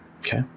Okay